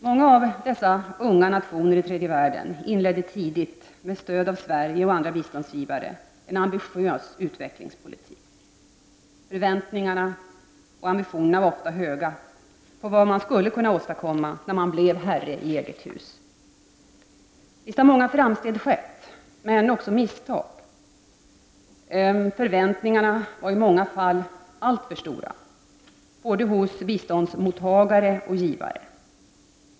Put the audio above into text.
Många av dessa unga nationer i tredje världen inledde tidigt, med stöd från Sverige och andra biståndsgivare, en ambitiös utvecklingspolitik. Förväntningarna och ambitionerna var ofta höga på vad man skulle kunna åstadkomma när man blev herre i eget hus. Visst har många framsteg gjorts, men också misstag. Förväntningarna var i många fall alltför stora, både hos biståndsmottagare och hos givare.